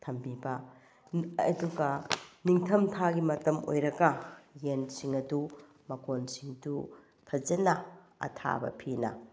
ꯊꯝꯕꯤꯕ ꯑꯗꯨꯒ ꯅꯤꯡꯊꯝ ꯊꯥꯒꯤ ꯃꯇꯝ ꯑꯣꯏꯔꯒ ꯌꯦꯟꯁꯤꯡ ꯑꯗꯨ ꯃꯀꯣꯟꯁꯤꯡꯗꯨ ꯐꯖꯅ ꯑꯊꯥꯕ ꯐꯤꯅ